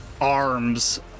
arms